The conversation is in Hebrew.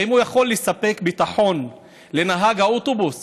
האם הוא יכול לספק ביטחון לנהג האוטובוס